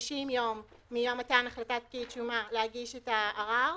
ו-60 יום מיום מתן החלטת פקיד שומה להגיש את הערר.